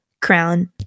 crown